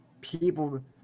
people